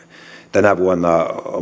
tänä vuonna omaksuttiin uusi